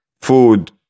food